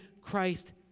Christ